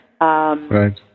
Right